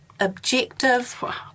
objective